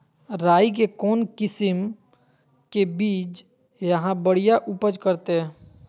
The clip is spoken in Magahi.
राई के कौन किसिम के बिज यहा बड़िया उपज करते?